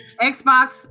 Xbox